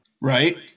Right